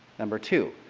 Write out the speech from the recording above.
number two,